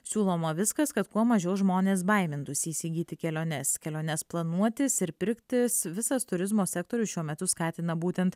siūloma viskas kad kuo mažiau žmonės baimintųsi įsigyti keliones keliones planuotis ir pirktis visas turizmo sektorius šiuo metu skatina būtent